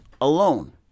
alone